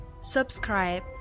Subscribe